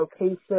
location